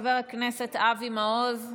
חבר הכנסת אבי מעוז,